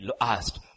asked